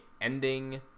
ending